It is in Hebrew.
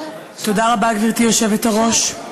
תודה רבה, גברתי היושבת-ראש.